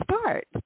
start